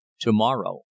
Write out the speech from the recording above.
Tomorrow